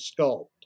sculpt